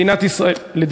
מדינת ישראל הכובשת,